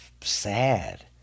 sad